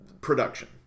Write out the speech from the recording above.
production